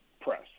press